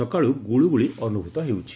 ସକାଳୁ ଗୁଳୁଗୁଳି ଅନୁଭୂତ ହେଉଛି